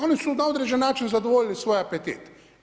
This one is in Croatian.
Oni su na određen način zadovoljili svoj apetit.